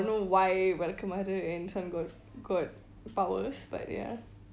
I don't know why வெளக்கமாரு:velakamaru and this one got got powers but ya